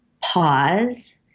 pause